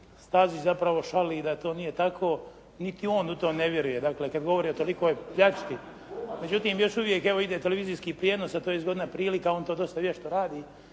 Stazić zapravo šali i da to nije tako, niti on u to ne vjeruje. Dakle, kad govori o tolikoj pljački. Međutim još uvijek, evo ide televizijski prijenos, a to je zgodna prilika, on to dosta vješto radi.